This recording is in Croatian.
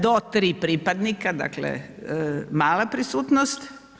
Do 3 pripadnika, dakle, mala prisutnost.